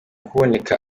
kuboneka